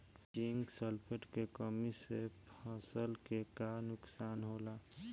Zinc sulphate के कमी से फसल के का नुकसान होला?